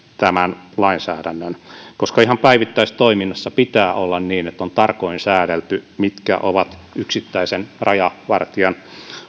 tämän lainsäädännön koska ihan päivittäistoiminnassa pitää olla niin että on tarkoin säädelty mitkä ovat yksittäisen rajavartijan